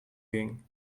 ging